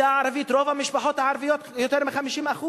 רוב המשפחות הערביות, יותר מ-50%,